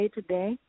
today